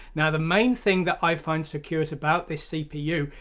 now the main thing that i find so curious about this cpu,